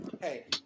Hey